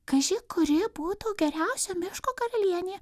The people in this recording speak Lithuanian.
kaži kuri būtų geriausia miško karalienė